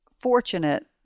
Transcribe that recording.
fortunate